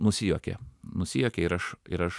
nusijuokė nusijuokė ir aš ir aš